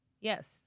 Yes